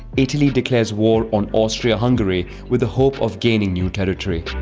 italy declares war on austria-hungary with the hope of gaining new territory.